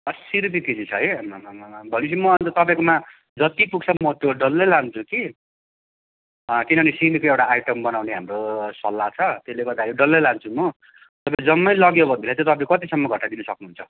असी रुपियाँ केजी छ है आम्ममामामा भनेपछि मो तपाईँकोमा जति पुग्छ म त्यो डल्लै लान्छु कि किनभने सिमीको एउटा आइटम बनाउने हाम्रो सल्लाह छ त्यसले गर्दाखेरि डल्लै लान्छु म जम्मै लग्यो भने तपाईँ कतिसम्म घटाइदिनु सक्नुहुन्छ